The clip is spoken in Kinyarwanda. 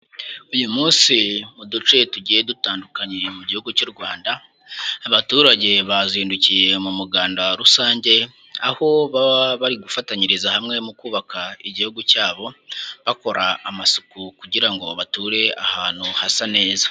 Uyu munsi muduce tugiye dutandukanye mu gihugu cy'u Rwanda, abaturage bazindukiye mu muganda rusange, aho baba bari gufatanyiriza hamwe mu kubaka igihugu cyabo bakora amasuku kugira ngo bature ahantu hasa neza.